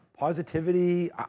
Positivity